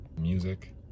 Music